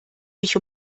mich